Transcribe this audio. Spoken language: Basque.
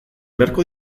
beharko